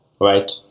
right